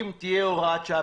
אם תהיה הוראת שעה,